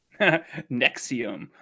Nexium